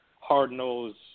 hard-nosed